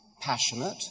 passionate